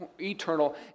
eternal